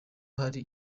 hari